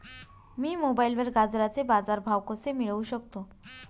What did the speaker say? मी मोबाईलवर गाजराचे बाजार भाव कसे मिळवू शकतो?